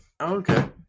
Okay